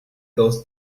goes